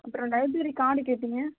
அப்புறம் library card கேட்டீங்க